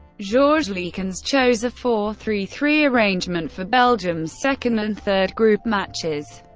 georges leekens chose a four three three arrangement for belgium's second and third group matches.